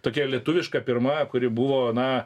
tokia lietuviška pirma kuri buvo na